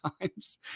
times